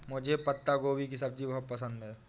मुझे पत्ता गोभी की सब्जी बहुत पसंद है